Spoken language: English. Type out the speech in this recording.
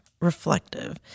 Reflective